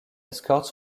escorte